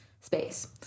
space